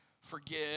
forgive